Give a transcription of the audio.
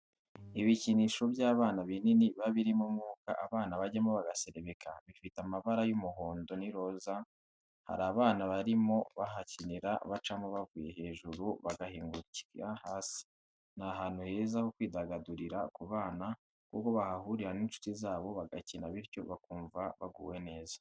Ibikinisho by'abana binini biba birimo umwuka abana bajyamo bagaserebeka, bifite amabara y'umuhondo n'iroza, hari abana barimo bahakinira bacamo bavuye hejuru bagahinguka hasi ni ahantu heza ho kwidagadurira ku bana kuko bahahurira n'inshuti zabo bagakina bityo bakumva baguwe neza.